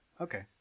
Okay